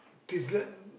dessert